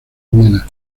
viena